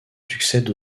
succèdent